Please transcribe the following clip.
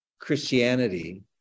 Christianity